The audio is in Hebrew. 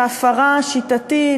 והפרה שיטתית,